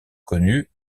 connu